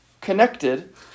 connected